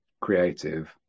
creative